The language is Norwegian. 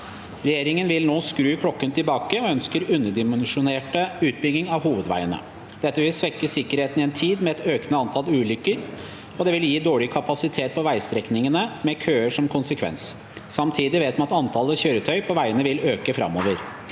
Regjeringen vil nå skru klokken tilbake og ønsker underdimensjonert utbygging av hovedveiene. Dette vil svekke sikkerheten i en tid med et økende antall ulykker, og det vil gi dårligere kapasitet på veistrekningene, med køer som konsekvens. Samtidig vet man at antallet kjøretøy på veiene vil øke fremover.